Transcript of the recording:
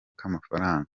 k’amafaranga